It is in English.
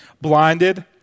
blinded